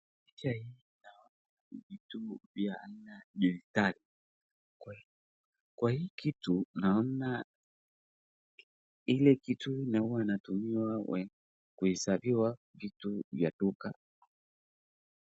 Picha hii naona vitu vya aina tatu, kwa hii kitu naona ile kitu ambayo wanatumia kuhesabia vitu vya duka.